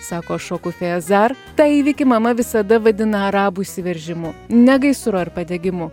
sako šokufė azar tą įvykį mama visada vadina arabų įsiveržimu ne gaisru ar padegimu